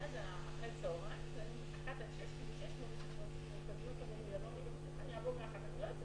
הצעת תקנות סמכויות מיוחדות להתמודדות עם נגיף הקורונה החדש